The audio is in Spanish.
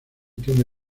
tiene